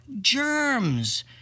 germs